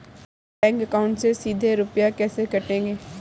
मेरे bank account से सीधे रुपए कैसे कटेंगे?